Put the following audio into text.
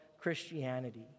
Christianity